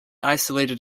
isolated